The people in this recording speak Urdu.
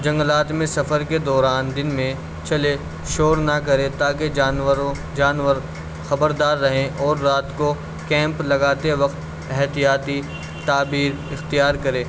جنگلات میں سفر کے دوران دن میں چلے شور نہ کرے تاکہ جانوروں جانور خبردار رہیں اور رات کو کیمپ لگاتے وقت احتیاطی تعبیر اختیار کرے